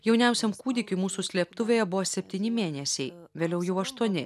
jauniausiam kūdikiui mūsų slėptuvėje buvo septyni mėnesiai vėliau jau aštuoni